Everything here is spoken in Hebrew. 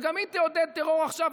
וגם היא תעודד טרור עכשיו,